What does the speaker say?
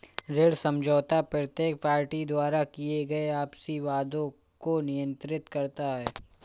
ऋण समझौता प्रत्येक पार्टी द्वारा किए गए आपसी वादों को नियंत्रित करता है